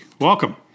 Welcome